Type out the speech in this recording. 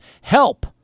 Help